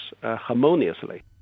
harmoniously